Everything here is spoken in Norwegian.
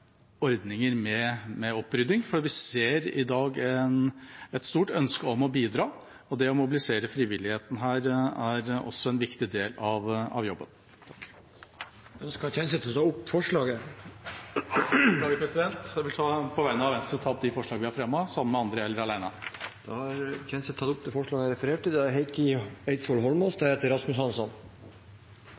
ordninger for opprydding, for vi ser i dag et stort ønske om å bidra. Det å mobilisere frivilligheten er også en viktig del av jobben. Ønsker representanten Kjenseth å ta opp forslag? Jeg vil på vegne av Venstre ta opp det forslaget vi har fremmet sammen med SV og Miljøpartiet De Grønne. Representanten Ketil Kjenseth har tatt opp det forslaget han refererte til. Naturen er